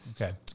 Okay